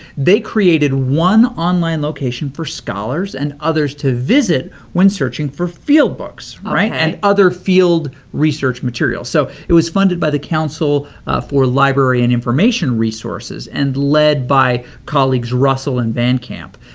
they created one online location for scholars and others to visit when searching for field books, right? okay. and other field research materials. so, it was funded by the council for library and information resources, and led by colleagues russell and van camp.